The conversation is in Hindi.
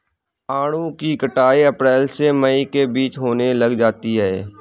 आड़ू की कटाई अप्रैल से मई के बीच होने लग जाती है